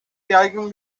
yaygın